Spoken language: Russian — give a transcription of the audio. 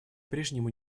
прежнему